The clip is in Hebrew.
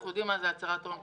אנחנו יודעים מה זה הצהרת הון.